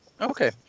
Okay